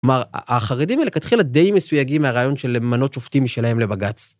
כלומר, החרדים מלכתחילה די מסויגים מהרעיון של למנות שופטים משלהם לבג"צ.